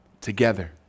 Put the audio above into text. together